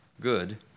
good